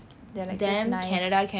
they're like just nice